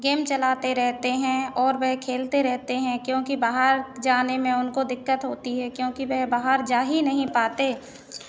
game चलाते रहते हैं और वह खेलते रहते हैं क्योंकि बाहर जाने में उनको दिक़्क़त होती है क्योंकि वे बाहर जा ही नहीं पाते